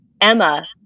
Emma